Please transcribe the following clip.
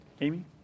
Amy